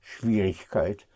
Schwierigkeit